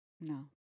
No